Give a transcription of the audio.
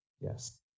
Yes